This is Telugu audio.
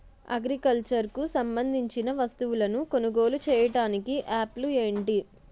అగ్రికల్చర్ కు సంబందించిన వస్తువులను కొనుగోలు చేయటానికి యాప్లు ఏంటి?